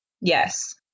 Yes